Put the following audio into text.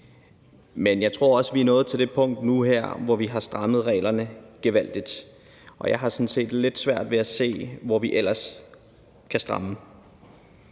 Men jeg tror også, vi er nået til det punkt nu her, hvor vi har strammet reglerne gevaldigt, og jeg har sådan set lidt svært ved at se, hvor vi ellers kan stramme.